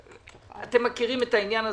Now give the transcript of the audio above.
אתם מכירים את העניין הזה,